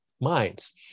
minds